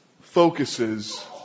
Focuses